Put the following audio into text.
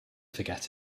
forget